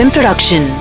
Production